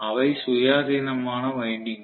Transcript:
அவை சுயாதீனமான வைண்டிங்க்குகள்